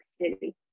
City